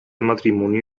matrimonio